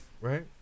right